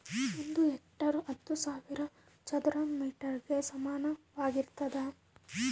ಒಂದು ಹೆಕ್ಟೇರ್ ಹತ್ತು ಸಾವಿರ ಚದರ ಮೇಟರ್ ಗೆ ಸಮಾನವಾಗಿರ್ತದ